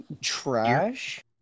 Trash